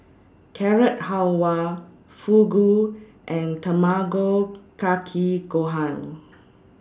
Carrot Halwa Fugu and Tamago Kake Gohan